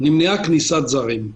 נמנעה כניסת זרים.